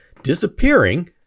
disappearing